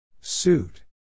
Suit